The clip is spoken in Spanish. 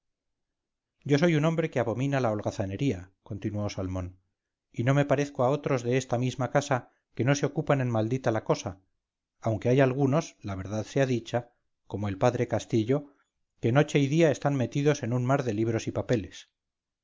yo soy un hombre que abomina la holgazanería continuó salmón y no me parezco a otros de esta misma casa que no se ocupan en maldita la cosa aunque hay algunos la verdad sea dicha como el padre castillo que noche y día están metidos en un mar de libros y papeles